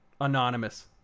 anonymous